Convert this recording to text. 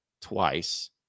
twice